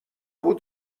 بود